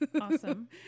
Awesome